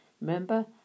Remember